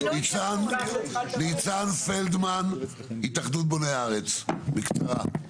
ניצן פלדמן התאחדות בוני הארץ בקצרה.